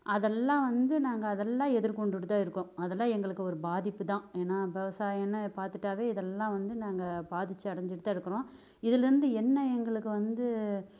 அதெல்லாம் வந்து நாங்கள் அதெல்லாம் எதிர்கொண்டுட்டு தான் இருக்கோம் அதெல்லாம் எங்களுக்கு ஒரு பாதிப்பு தான் ஏன்னா விவசாயம்னு பார்த்துட்டாவே இதெல்லாம் வந்து நாங்கள் பாதிச்சு அடைஞ்சிட்டு தான் இருக்கிறோம் இதில் இருந்து என்ன எங்களுக்கு வந்து